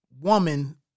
woman